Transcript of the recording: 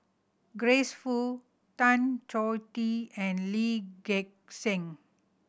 Grace Fu Tan Choh Tee and Lee Gek Seng